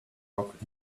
rock